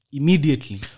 Immediately